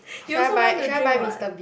you also want to drink [what]